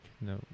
No